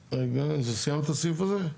סיימת את הסעיף הזה?